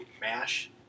mash